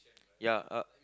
ya a